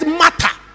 matter